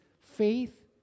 faith